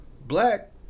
Black